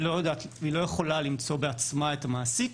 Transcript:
היא לא יכולה למצוא בעצמה את המעסיק.